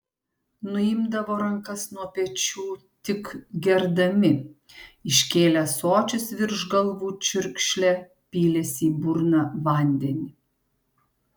nuimdavo rankas nuo pečių tik gerdami iškėlę ąsočius virš galvų čiurkšle pylėsi į burną vandenį